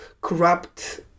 corrupt